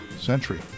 Century